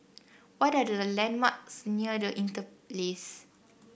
what are the landmarks near The Interlace